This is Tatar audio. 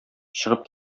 чыгып